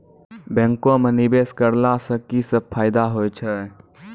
बैंको माई निवेश कराला से की सब फ़ायदा हो छै?